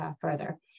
further